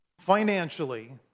financially